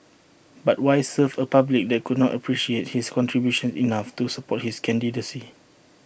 but why serve A public that could not appreciate his contributions enough to support his candidacy